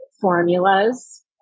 formulas